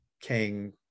king